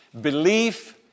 Belief